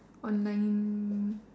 online